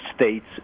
states